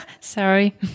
Sorry